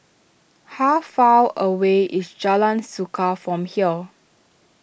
how far away is Jalan Suka from here